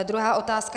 Druhá otázka.